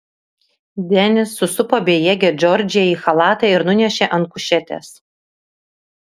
denis susupo bejėgę džordžiją į chalatą ir nunešė ant kušetės